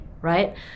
right